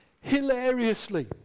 hilariously